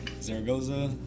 Zaragoza